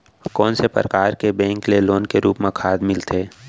कोन से परकार के बैंक ले लोन के रूप मा खाद मिलथे?